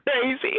Crazy